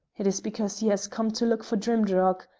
it is because he has come to look for drimdarroch.